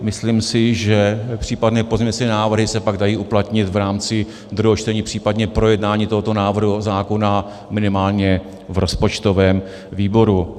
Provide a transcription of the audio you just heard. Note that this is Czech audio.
Myslím si, že případné pozměňovací návrhy se pak dají uplatnit v rámci druhého čtení, případně projednání tohoto návrhu zákona minimálně v rozpočtovém výboru.